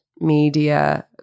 media